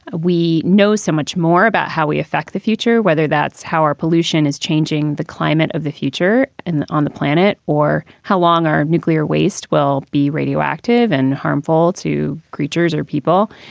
ah we know so much more about how we affect the future, whether that's how our pollution is changing the climate of the future and on the planet, or how long our nuclear waste will be radioactive and harmful to creatures or people.